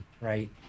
right